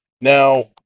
Now